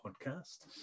podcast